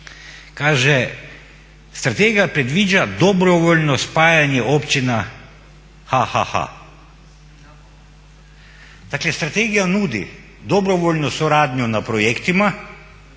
kaže "Strategija predviđa dobrovoljno spajanje općina – Ha, ha, ha". Dakle, strategija nudi dobrovoljnu suradnju na projektima